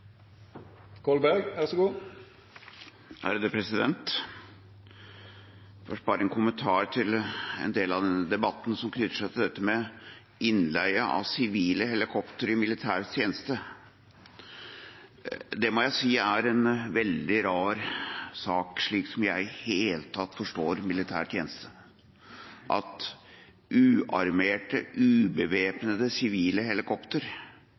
bare gi en kommentar til en del av denne debatten som knytter seg til innleie av sivile helikoptre i militærets tjeneste. Det må jeg si er en veldig rar sak, slik jeg i det hele tatt forstår militær tjeneste. At uarmerte, ubevæpnede sivile